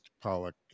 Pollock